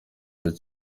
mwiza